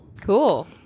cool